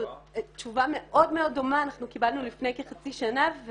תשובה מאוד מאוד דומה אנחנו קיבלנו לפני כחצי שנה.